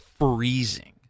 freezing